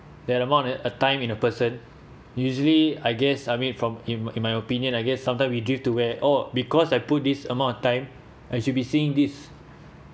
that amount at a time in a person usually I guess I mean from in my in my opinion I guess sometimes we drift to where oh because I put this amount of time I should be seeing this